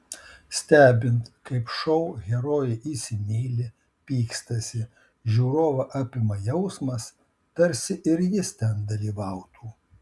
stebint kaip šou herojai įsimyli pykstasi žiūrovą apima jausmas tarsi ir jis ten dalyvautų